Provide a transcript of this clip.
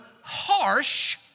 harsh